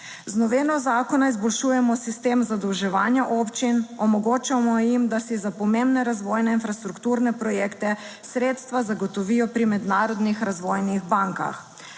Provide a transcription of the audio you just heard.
Z novelo zakona izboljšujemo sistem zadolževanja občin. Omogočamo jim, da si za pomembne razvojne infrastrukturne projekte sredstva zagotovijo pri mednarodnih razvojnih bankah.